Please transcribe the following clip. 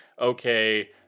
okay